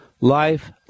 life